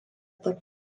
tarp